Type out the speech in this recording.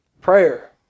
Prayer